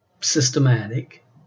systematic